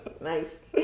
nice